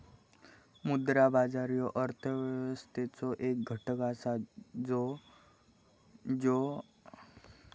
मुद्रा बाजार ह्यो अर्थव्यवस्थेचो एक घटक असा ज्यो अल्पकालीन निधी प्रदान करता